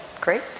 Great